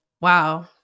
Wow